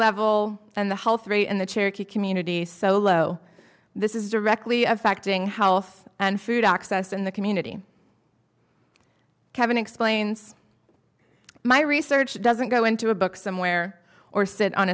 level and the healthy and the charity community so low this is directly affecting health and food access in the community kevin explains my research doesn't go into a book somewhere or sit on